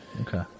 Okay